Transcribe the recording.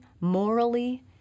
morally